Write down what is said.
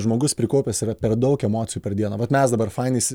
žmogus prikaupęs yra per daug emocijų per dieną vat mes dabar fainai s